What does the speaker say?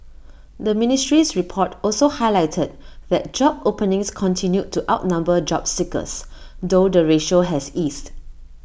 the ministry's report also highlighted that job openings continued to outnumber job seekers though the ratio has eased